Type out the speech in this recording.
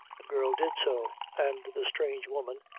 the girl did so, and the strange woman,